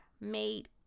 made